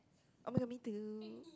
I'm in a meeting